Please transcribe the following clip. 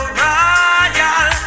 royal